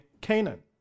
Canaan